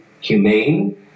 humane